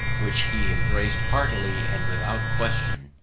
which he embraced heartily and without question,